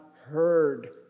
heard